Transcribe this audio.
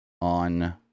on